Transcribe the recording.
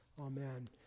Amen